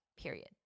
period